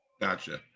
Gotcha